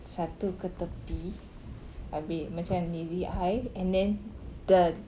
satu ke tepi abeh macam lazy eye and then the